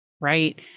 right